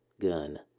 gun